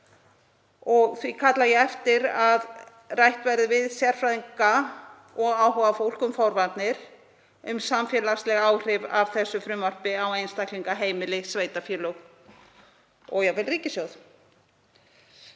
og því kalla ég eftir að rætt verði við sérfræðinga og áhugafólk um forvarnir, um samfélagsleg áhrif af þessu frumvarpi á einstaklinga, heimili, sveitarfélög og ekki síst ríkissjóð,